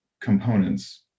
components